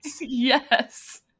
Yes